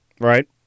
Right